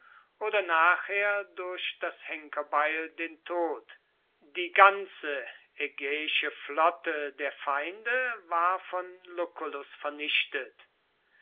oder nachher durch das henkerbeil den tod die ganze ägäische flotte der feinde war von lucullus vernichtet